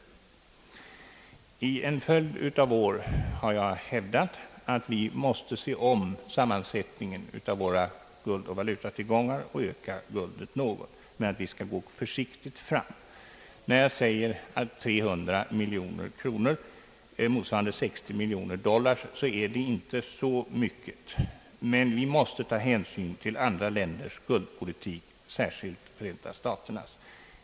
Under en följd av år har jag hävdat att vi måste se om vårt hus och beakta sammansättningen av våra guldoch valutatillgångar och något öka tillgången på guld, men att vi skall gå försiktigt fram. När jag nämner siffran 300 miljoner kronor, motsvarande 60 miljoner dollar, är det inte så mycket pengar. Men vi måste ta hänsyn till andra länders guldpolitik, särskilt Förenta staternas.